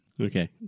Okay